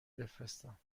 بفرستم